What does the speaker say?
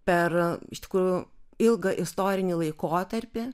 per iš tikrųjų ilgą istorinį laikotarpį